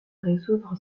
résoudre